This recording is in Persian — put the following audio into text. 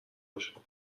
بشه